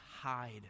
hide